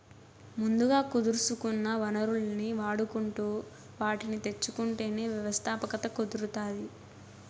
ముందుగా కుదుర్సుకున్న వనరుల్ని వాడుకుంటు వాటిని తెచ్చుకుంటేనే వ్యవస్థాపకత కుదురుతాది